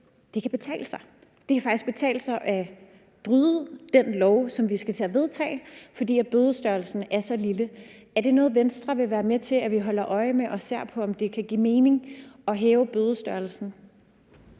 det kan betale sig. Det kan faktisk betale sig at bryde den lov, som vi skal til at vedtage, fordi bødestørrelsen er så lille. Er det noget, Venstre vil være med til, at vi holder øje med, og at vi ser på, om det kan give mening at hæve bødestørrelsen?